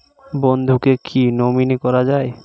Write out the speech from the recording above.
বন্ধুকে কী নমিনি করা যায়?